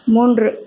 மூன்று